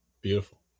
beautiful